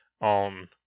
on